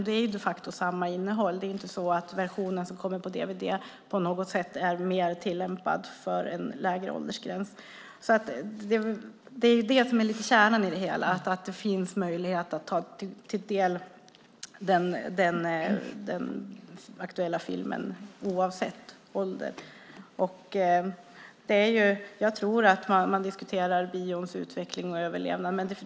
Det är de facto samma innehåll. Det är inte så att de versioner som kommer på dvd på något sätt är mer tillämpade för en lägre åldersgräns. Kärnan i det hela är att det finns en möjlighet att ta del av filmen oavsett ålder. Man diskuterar bions utveckling och överlevnad.